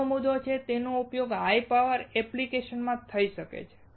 બીજો મુદ્દો છે તેનો ઉપયોગ હાઈ પાવર એપ્લિકેશન માં થઈ શકે છે